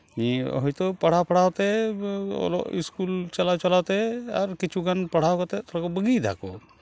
ᱱᱤᱭᱟᱹ ᱦᱳᱭᱛᱳ ᱯᱟᱲᱦᱟᱣ ᱯᱟᱲᱦᱟᱣ ᱛᱮ ᱚᱞᱚᱜ ᱤᱥᱠᱩᱞ ᱪᱟᱞᱟᱣ ᱪᱟᱞᱟᱣ ᱛᱮ ᱟᱨ ᱠᱤᱪᱷᱩᱜᱟᱱ ᱯᱟᱲᱦᱟᱣ ᱠᱟᱛᱮᱫ ᱛᱷᱚᱲᱟ ᱠᱚ ᱵᱟᱹᱜᱤᱭᱫᱟᱠᱚ